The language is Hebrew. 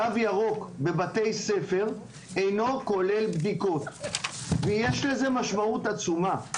תו ירוק בבתי ספר אינו כולל בדיקות ויש לזה משמעות עצומה.